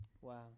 Wow